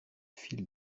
fil